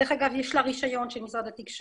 דרך אגב, יש לה רישיון של משרד התקשורת.